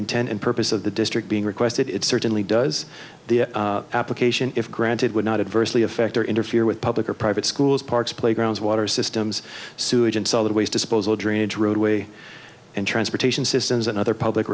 intent and purpose of the district being requested it certainly does the application if granted would not adversely affect or interfere with public or private schools parks playgrounds water systems sewage and solid waste disposal drainage roadway and transportation systems and other public